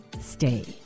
stay